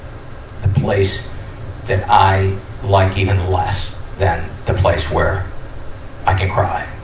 the place that i like even less than the place where i can cry.